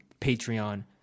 Patreon